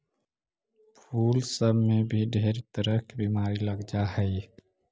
फूल सब में भी ढेर तरह के बीमारी लग जा हई